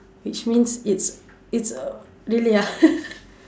which means it's it's a really ah